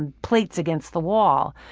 and plates against the wall.